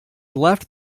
left